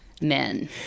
men